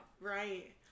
right